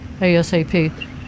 asap